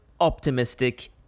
optimistic